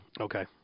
Okay